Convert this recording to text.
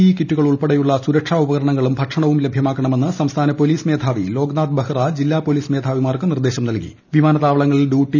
E കിറ്റുകൾ ഉൾപ്പെടെയുളള സുരക്ഷാ ഉപകരണങ്ങളും ഭക്ഷണവും ലഭ്യമാക്കണമെന്ന് സംസ്ഥാന പോലീസ് മേധാവി ലോക്നാഥ് ബെഹ്റ ജില്ലാ പോലീസ് മേധാവിമാർക്ക് നിർദ്ദേശം നൽകി